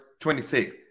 26